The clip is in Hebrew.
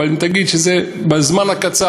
אבל אם תגיד שזה בזמן הקצר,